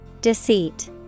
Deceit